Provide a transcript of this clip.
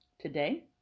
today